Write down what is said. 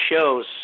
shows